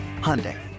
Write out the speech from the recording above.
Hyundai